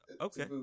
Okay